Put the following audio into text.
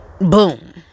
Boom